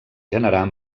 generar